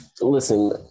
Listen